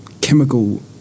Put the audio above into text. chemical